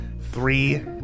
three